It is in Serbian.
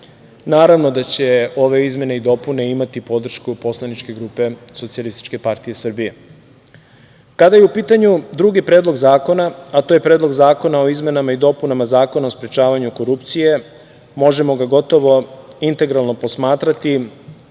Naravno, da će ove izmene i dopune imati podršku Poslaničke grupe SPS.Kada je u pitanju drugi Predlog zakona, a to je Predlog zakona o izmenama i dopunama Zakona o sprečavanju korupcije, možemo ga integralno posmatrati